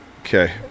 Okay